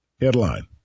Headline